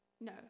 No